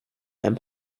and